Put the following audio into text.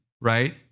right